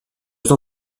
t’en